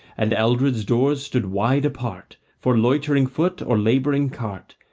and eldred's doors stood wide apart for loitering foot or labouring cart,